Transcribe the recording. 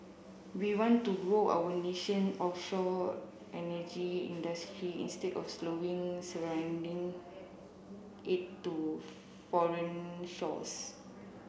we want to grow our nation offshore energy industry instead of slowly surrendering it to foreign shores